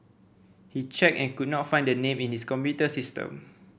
he checked and could not find the name in his computer system